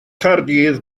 caerdydd